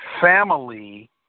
family